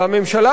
והממשלה,